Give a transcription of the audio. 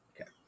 Okay